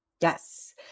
Yes